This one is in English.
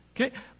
okay